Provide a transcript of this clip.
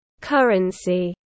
currency